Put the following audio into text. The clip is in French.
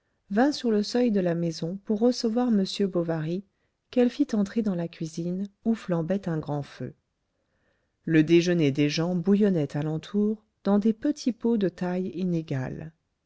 vint sur le seuil de la maison pour recevoir m bovary qu'elle fit entrer dans la cuisine où flambait un grand feu le déjeuner des gens bouillonnait alentour dans des petits pots de taille inégale